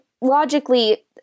logically